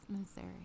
Missouri